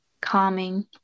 calming